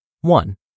One